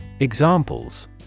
Examples